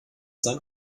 sein